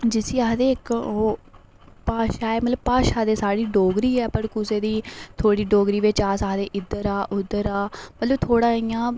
जिसी आखदे इक ओह् भाशा ऐ मतलब भाशा ते साढ़ी डोगरी ऐ पर कुसै दी थोह्ड़ी डोगरी बिच अस आखदे इद्धर आ उद्धर आ मतलब थोह्ड़ा इ'यां